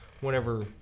whenever